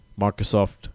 Microsoft